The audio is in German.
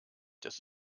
dass